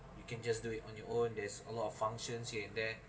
you can just do it on your own there's a lot of functions here and there